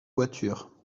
voitures